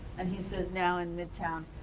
and he says now in midtown,